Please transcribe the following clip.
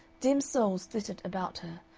dim souls flitted about her,